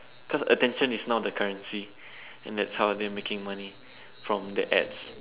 cause attention is now the currency and that's how they are making money from the ads